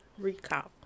Recap